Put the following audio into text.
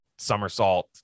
somersault